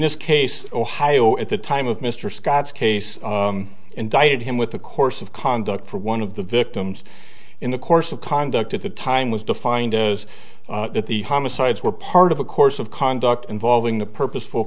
this case ohio at the time of mr scott's case indicted him with the course of conduct for one of the victims in the course of conduct at the time was defined as that the homicides were part of a course of conduct involving the purpose